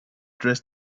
dress